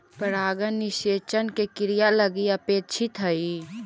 परागण निषेचन के क्रिया लगी अपेक्षित हइ